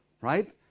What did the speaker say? Right